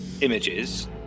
images